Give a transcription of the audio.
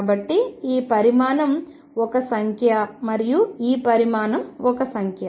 కాబట్టి ఈ పరిమాణం ఒక సంఖ్య మరియు ఈ పరిమాణం ఒక సంఖ్య